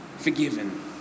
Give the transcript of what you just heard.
forgiven